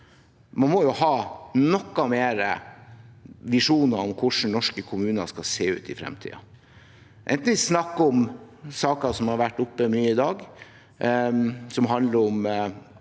Man må jo ha noen flere visjoner om hvordan norske kommuner skal se ut i fremtiden – enten vi snakker om saker som har vært mye oppe i dag, som handler om